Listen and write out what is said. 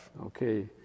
Okay